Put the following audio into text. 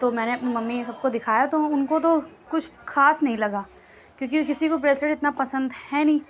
تو میں نے ممی یہ سب کو دکھایا تو اُن کو تو کچھ خاص نہیں لگا کیوں کہ کسی کو بریسلیٹ اتنا پسند ہے نہیں